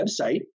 website